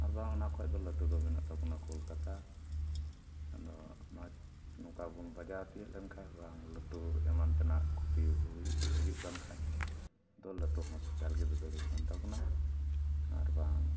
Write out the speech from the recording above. ᱟᱨ ᱵᱟᱝ ᱚᱱᱟ ᱠᱷᱚᱱ ᱫᱚ ᱞᱟᱹᱴᱩ ᱫᱚ ᱢᱮᱱᱟᱜ ᱛᱟᱵᱚᱱᱟ ᱠᱳᱞᱠᱟᱛᱟ ᱟᱫᱚ ᱢᱚᱡᱽ ᱱᱚᱝᱠᱟ ᱵᱚᱱ ᱵᱟᱡᱟᱣ ᱛᱤᱭᱟᱹᱜ ᱞᱮᱱᱠᱷᱟᱱ ᱵᱟᱝ ᱞᱟᱹᱴᱩ ᱮᱢᱟᱱ ᱛᱮᱱᱟᱜ ᱠᱷᱚᱛᱤ ᱦᱩᱭ ᱦᱩᱭᱩᱜ ᱠᱟᱱ ᱠᱷᱟᱱ ᱫᱚ ᱞᱟᱹᱴᱩ ᱦᱚᱥᱯᱤᱴᱟᱞ ᱜᱮ ᱫᱟᱹᱫᱟᱹᱲ ᱦᱩᱭᱩᱜ ᱠᱟᱱ ᱛᱟᱵᱚᱱᱟ ᱟᱨ ᱵᱟᱝ